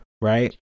right